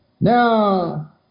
Now